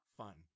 fun